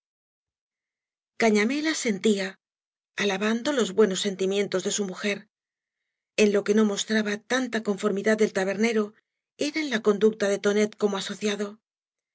gañamél asentía alabando los buenos sentimíeatos da su mujer ea lo que no mostraba tanta conformidad el tabernero era en la conducta de tonet como asociado